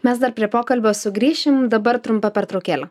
mes dar prie pokalbio sugrįšim dabar trumpą pertraukėlė